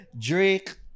drake